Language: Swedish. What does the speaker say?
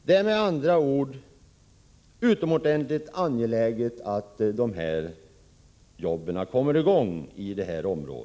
Det är med andra ord utomordentligt angeläget att dessa arbeten kommer i gång.